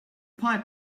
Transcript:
pipe